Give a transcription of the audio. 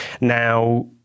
Now